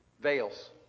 Veils